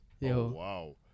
Wow